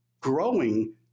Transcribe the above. growing